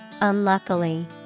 unluckily